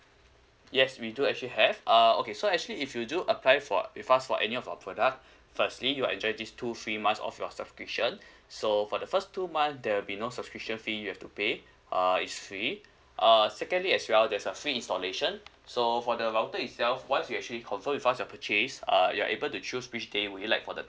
yes we do actually have uh okay so actually if you do apply for with us for any of our product firstly you'll enjoy these two free months of your subscription so for the first two months there'll be no subscription fee you have to pay uh it's free uh secondly as well that's a free installation so for the router itself once you actually confirm with us your purchase uh you're able to choose which day would you like for the